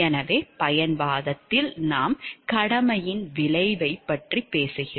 எனவே பயன்வாதத்தில் நாம் கடமையின் விளைவைப் பற்றி பேசுகிறோம்